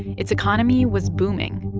its economy was booming.